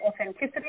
authenticity